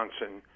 Johnson